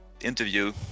interview